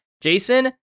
Jason